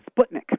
Sputnik